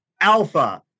Alpha